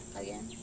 again